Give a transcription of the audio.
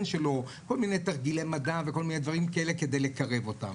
שלו כל מיני תרגילי מדע וכל מיני דברים כאלה כדי לקרב אותם.